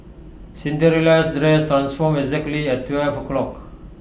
Cinderella's dress transformed exactly at twelve o' clock